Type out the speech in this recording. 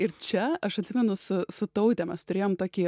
ir čia aš atsimenu su su taute mes turėjom tokį